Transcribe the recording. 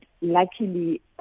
luckily